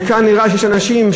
וכאן נראה שיש אנשים,